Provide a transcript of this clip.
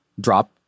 drop